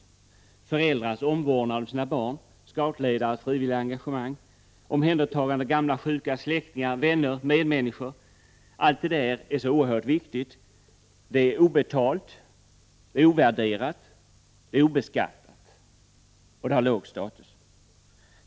Det är föräldrars omvårdnad av sina barn, scoutledarens frivilliga engagemang, omhändertagande av gamla, sjuka, släktingar, vänner och medmänniskor, allt detta är så oerhört viktigt. Det är obetalt, ovärderat, obeskattat och det har låg status.